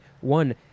One